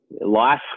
Life